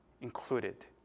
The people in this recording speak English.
included